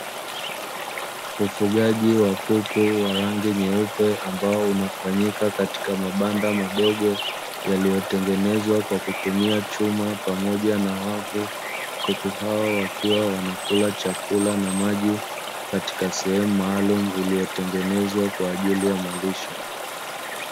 Ufugaji wa kuku wa rangi nyeupe ambao unafanyika katika mabanda madogo yaliyotengenezwa na chuma pamoja na wavu. Kuku hao wakiwa wanakula chakula na maji katika sehemu maalumu iliyotengenezwa kwajili ya malisho.